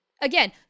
Again